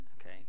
okay